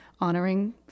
honoring